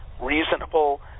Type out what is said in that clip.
reasonable